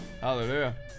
Hallelujah